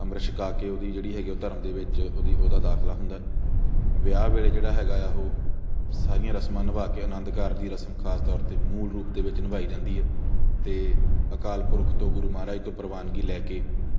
ਅੰਮ੍ਰਿਤ ਛਕਾ ਕੇ ਉਹਦੀ ਜਿਹੜੀ ਹੈਗੀ ਉਹ ਧਰਮ ਦੇ ਵਿੱਚ ਉਹਦੀ ਉਹਦਾ ਦਾਖਲਾ ਹੁੰਦਾ ਵਿਆਹ ਵੇਲੇ ਜਿਹੜਾ ਹੈਗਾ ਆ ਉਹ ਸਾਰੀਆਂ ਰਸਮਾਂ ਨਿਭਾ ਕੇ ਆਨੰਦ ਕਾਰਜ ਦੀ ਰਸਮ ਖ਼ਾਸ ਤੌਰ 'ਤੇ ਮੂਲ ਰੂਪ ਦੇ ਵਿੱਚ ਨਿਭਾਈ ਜਾਂਦੀ ਹੈ ਅਤੇ ਅਕਾਲ ਪੁਰਖ ਤੋਂ ਗੁਰੂ ਮਹਾਰਾਜ ਤੋਂ ਪ੍ਰਵਾਨਗੀ ਲੈ ਕੇ